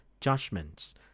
judgments